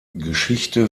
geschichte